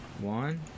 One